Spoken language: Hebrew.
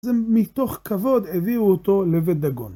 זה מתוך כבוד הביאו אותו לבית דגון.